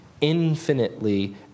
infinitely